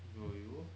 will you